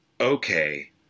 Okay